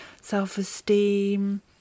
self-esteem